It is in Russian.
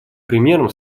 примером